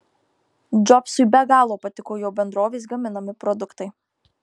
džobsui be galo patiko jo bendrovės gaminami produktai